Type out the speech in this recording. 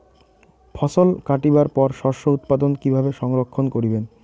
ফছল কাটিবার পর শস্য উৎপাদন কিভাবে সংরক্ষণ করিবেন?